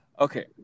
okay